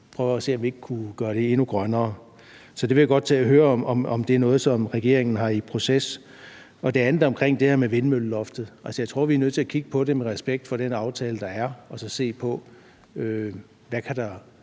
prøve at se, om vi ikke kunne gøre det endnu grønnere. Så jeg vil godt høre, om det er noget, som regeringen har i proces. Det andet er det her omkring vindmølleloftet. Altså, jeg tror, vi er nødt til at kigge på det med respekt for den aftale, der er, og så se på, hvad der